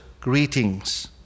greetings